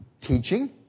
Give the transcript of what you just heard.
Teaching